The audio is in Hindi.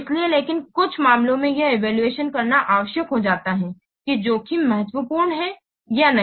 इसलिए लेकिन कुछ मामलों में यह इवैल्यूएशन करना आवश्यक हो सकता है कि जोखिम महत्वपूर्ण है या नहीं